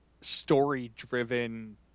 story-driven